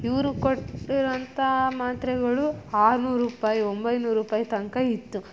ಇವರು ಕೊಟ್ಟಿರೋಂಥ ಮಾತ್ರೆಗಳು ಆರ್ನೂರು ರೂಪಾಯಿ ಒಂಬೈನೂರು ರೂಪಾಯಿ ತನಕ ಇತ್ತು